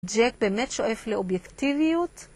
ג'ק באמת שואף לאובייקטיביות